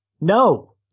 no